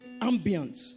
ambience